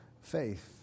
faith